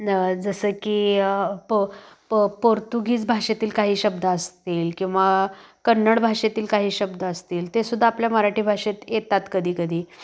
न जसं की प प पोर्तुगीज भाषेतील काही शब्द असतील किंवा कन्नड भाषेतील काही शब्द असतील तेसुद्धा आपल्या मराठी भाषेत येतात कधीकधी